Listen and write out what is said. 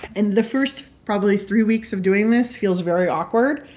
and the first, probably, three weeks of doing this feels very awkward,